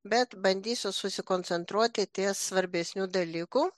bet bandysiu susikoncentruoti ties svarbesniu dalyku